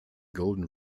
golden